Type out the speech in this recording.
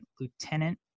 Lieutenant